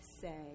say